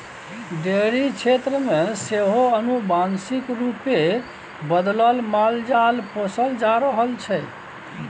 dairy क्षेत्र मे सेहो आनुवांशिक रूपे बदलल मालजाल पोसल जा रहल छै